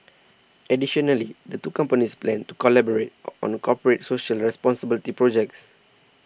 additionally the two companies plan to collaborate on corporate social responsibility projects